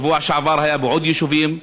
בשבוע שעבר הוא היה בעוד יישובים,